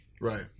Right